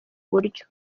buryo